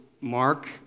mark